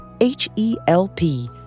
H-E-L-P